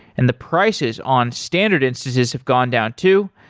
and the prices on standard instances have gone down too.